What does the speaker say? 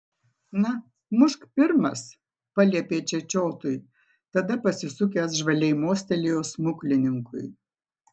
na mušk pirmas paliepė čečiotui tada pasisukęs žvaliai mostelėjo smuklininkui